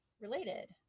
related